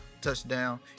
touchdown